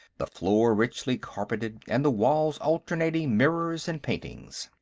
the floor richly carpeted and the walls alternating mirrors and paintings.